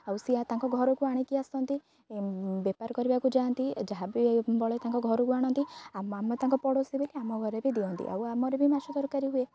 ଆଉ ସେ ତାଙ୍କ ଘରକୁ ଆଣିକି ଆସନ୍ତି ବେପାର କରିବାକୁ ଯାଆନ୍ତି ଯାହା ବିି ବଳେ ତାଙ୍କ ଘରକୁ ଆଣନ୍ତି ଆମ ତାଙ୍କ ପଡ଼ୋଶୀ ବୋଲି ଆମ ଘରେ ବି ଦିଅନ୍ତି ଆଉ ଆମର ବି ମାଛ ତରକାରୀ ହୁଏ